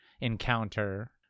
encounter